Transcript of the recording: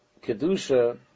Kedusha